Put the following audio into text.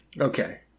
Okay